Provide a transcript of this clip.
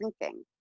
drinking